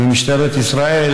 ומשטרת ישראל,